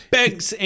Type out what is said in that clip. begs